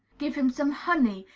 give him some honey,